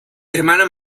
hermana